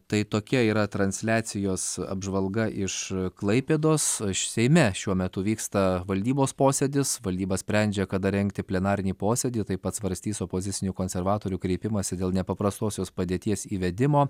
tai tokia yra transliacijos apžvalga iš klaipėdos seime šiuo metu vyksta valdybos posėdis valdyba sprendžia kada rengti plenarinį posėdį taip pat svarstys opozicinių konservatorių kreipimąsi dėl nepaprastosios padėties įvedimo